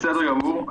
בסדר גמור.